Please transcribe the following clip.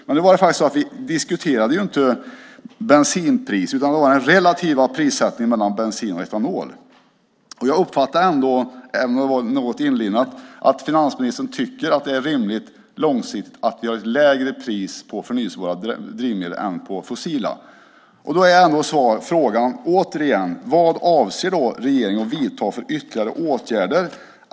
Men nu diskuterar vi ju inte bensinpriset utan den relativa prissättningen av bensin och etanol. Jag uppfattar ändå, även om det var något inlindat, att finansministern tycker att det långsiktigt är rimligt att vi har lägre pris på förnybara drivmedel än på fossila. Då är frågan återigen: Vad avser regeringen att vidta för ytterligare åtgärder?